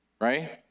right